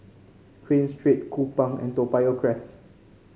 Queen Street Kupang and Toa Payoh Crest